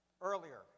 Earlier